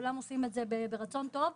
כולם עושים את זה ברצון טוב,